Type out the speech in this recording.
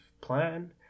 plan